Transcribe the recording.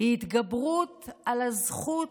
היא התגברות על הזכות